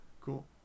Cool